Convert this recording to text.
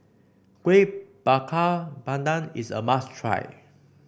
Kuih Bakar Pandan is a must try